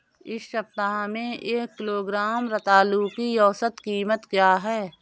इस सप्ताह में एक किलोग्राम रतालू की औसत कीमत क्या है?